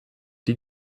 die